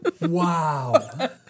Wow